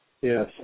Yes